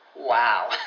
Wow